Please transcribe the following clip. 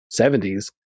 70s